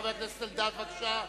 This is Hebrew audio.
חבר הכנסת אלדד, בבקשה.